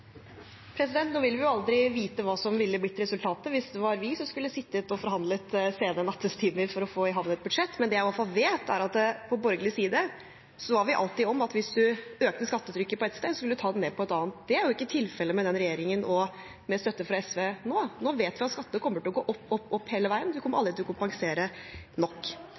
Nå vil vi jo aldri vite hva som ville blitt resultatet hvis det var vi som skulle sittet og forhandlet sene nattetimer for å få i havn et budsjett. Men det jeg i hvert fall vet, er at på borgerlig side sa vi alltid at om en økte skattetrykket på ett sted, skulle en ta det ned på et annet. Det er ikke tilfellet nå med denne regjeringen og med støtte fra SV. Nå vet vi at skattene kommer til å gå opp, opp, opp hele veien; de kommer aldri til å kompensere nok.